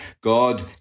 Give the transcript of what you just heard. God